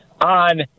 on